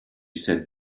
said